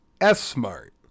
S-smart